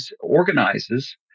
organizes